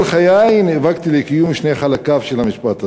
כל חיי נאבקתי לקיום שני חלקיו של המשפט הזה.